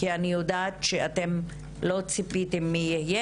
כי אני יודעת שאתם לא ציפיתם מי יהיה